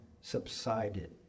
subsided